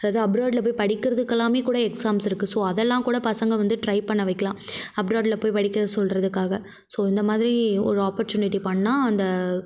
அப்ராட்டில் போய் படிக்கிறதுக்குலாமே கூட எக்ஸாம்ஸ் இருக்குது ஸோ அதெலாம் கூட பசங்கள் வந்து ட்ரை பண்ண வைக்கலாம் அப்ராட்டில் போய் படிக்க சொல்கிறதுக்காக ஸோ இந்த மாதிரி ஒரு ஆப்பர்ச்சுனிட்டி பண்ணிணா அந்த